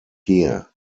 here